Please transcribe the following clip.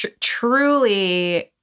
truly